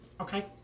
Okay